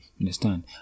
Understand